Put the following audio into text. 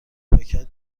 پاکت